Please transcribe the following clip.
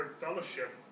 fellowship